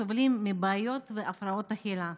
סובלים מבעיות והפרעות אכילה.